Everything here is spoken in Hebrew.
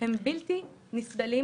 הם בלתי נסבלים,